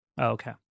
Okay